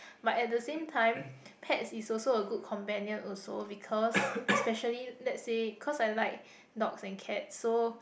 but at the same time pet is also a good companion also because especially let's say cause I like dogs and cats so